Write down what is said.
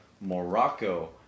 Morocco